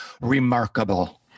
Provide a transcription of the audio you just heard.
Remarkable